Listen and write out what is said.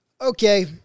Okay